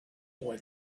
boy